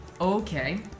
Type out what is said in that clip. okay